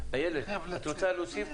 איילת, האם את רוצה להוסיף